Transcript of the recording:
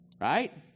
Right